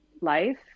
life